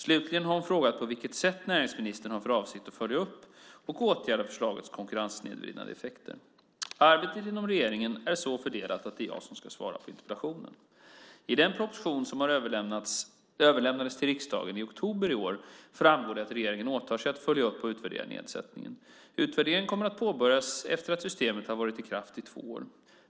Slutligen har hon frågat på vilket sett näringsministern har för avsikt att följa upp och åtgärda förslagets konkurrenssnedvridande effekter. Arbetet inom regeringen är så fördelat att det är jag som ska svara på interpellationen. I den proposition som överlämnades till riksdagen i oktober i år framgår det att regeringen åtar sig att följa upp och utvärdera nedsättningen. Utvärderingen kommer att påbörjas efter att systemet har varit i kraft i två år.